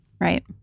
Right